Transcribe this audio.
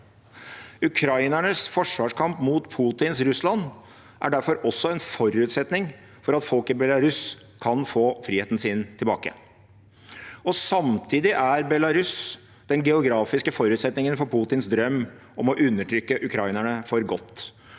Ukrainernes forsvarskamp mot Putins Russland er derfor også en forutsetning for at folk i Belarus kan få friheten sin tilbake. Samtidig er Belarus den geografiske forutsetningen for Putins drøm om å undertrykke ukrainerne for godt.